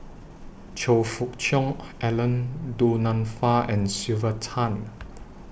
Choe Fook Cheong Alan Du Nanfa and Sylvia Tan